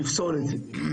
ויפסול את זה.